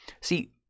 See